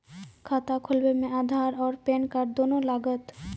खाता खोलबे मे आधार और पेन कार्ड दोनों लागत?